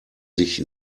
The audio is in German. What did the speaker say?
sich